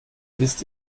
wisst